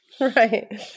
Right